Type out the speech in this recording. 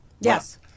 Yes